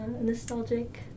nostalgic